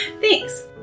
Thanks